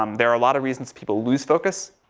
um there are a lot of reasons people lose focus,